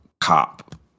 cop